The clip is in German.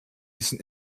diesen